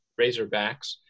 Razorbacks